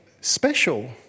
special